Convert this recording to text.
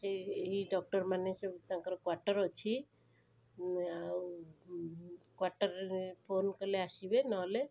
ସେ ଏହି ଡକ୍ଟରମାନେ ସବୁ ତାଙ୍କର କ୍ଵାଟର୍ ଅଛି ଆଉ କ୍ଵାଟର୍ରେ ଫୋନ କଲେ ଆସିବେ ନହଲେ